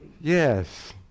Yes